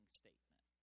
statement